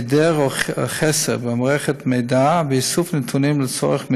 היעדר או חסר במערכת מידע ואיסוף נתונים לצורך מדידה,